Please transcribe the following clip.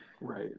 Right